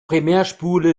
primärspule